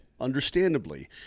understandably